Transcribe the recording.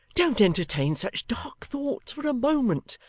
don't entertain such dark thoughts for a moment.